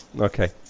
Okay